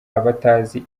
abatazi